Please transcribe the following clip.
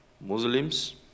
Muslims